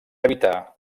evitar